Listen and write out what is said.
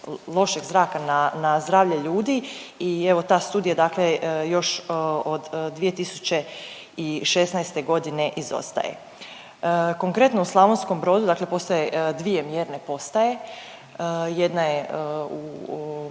lošeg zraka na, na zdravlje ljudi i evo ta studija dakle još od 2016.g. izostaje. Konkretno, u Slavonskom Brodu dakle postoje dvije mjerne postaje, jedna je